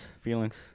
Feelings